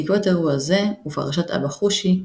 בעקבות אירוע זה ופרשת אבא חושי,